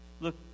Look